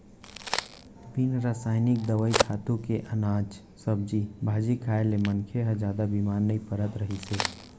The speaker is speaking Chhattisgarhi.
बिन रसइनिक दवई, खातू के अनाज, सब्जी भाजी खाए ले मनखे ह जादा बेमार नइ परत रहिस हे